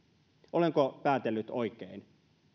olenko päätellyt oikein